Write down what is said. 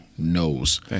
Knows